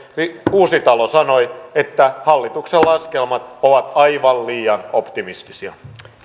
uusitalo sanoi että hallituksen laskelmat ovat aivan liian optimistisia